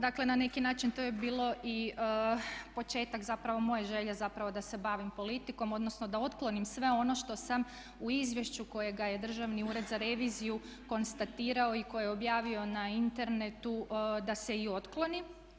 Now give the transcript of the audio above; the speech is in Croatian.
Dakle, na neki način to je bilo i početak zapravo moje želje, zapravo da se bavim politikom, odnosno da otklonim sve ono što sam u izvješću kojega je Državni ured za reviziju konstatirao i koji je objavio na internetu da se i otkloni.